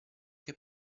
che